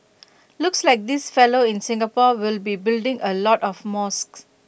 looks like this fellow in Singapore will be building A lot of mosques